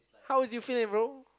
how is you feeling bro